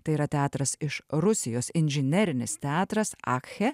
tai yra teatras iš rusijos inžinerinis teatras akche